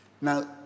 Now